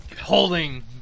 holding